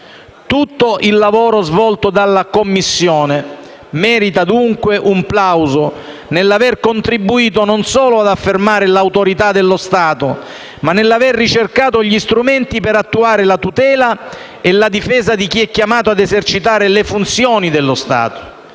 Tutto il lavoro svolto della Commissione merita dunque un plauso per aver contribuito non solo ad affermare l'autorità dello Stato ma anche a ricercare gli strumenti per attuare la tutela e la difesa di chi è chiamato ad esercitare le funzioni dello Stato,